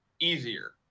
easier